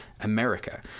America